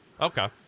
okay